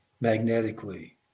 magnetically